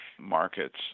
markets